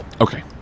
Okay